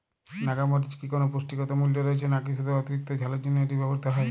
নাগা মরিচে কি কোনো পুষ্টিগত মূল্য রয়েছে নাকি শুধু অতিরিক্ত ঝালের জন্য এটি ব্যবহৃত হয়?